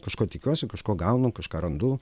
kažko tikiuosi kažko gaunu kažką randu